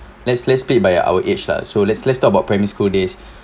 let's let's split by our age lah so let's let's talk about primary school days